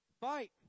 Fight